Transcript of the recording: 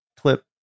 clip